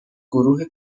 گروه